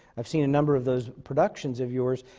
i've seen a number of those productions of yours,